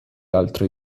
altri